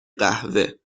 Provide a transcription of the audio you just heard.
قهوه